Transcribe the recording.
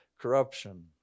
corruption